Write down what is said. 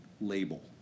label